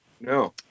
no